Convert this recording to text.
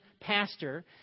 pastor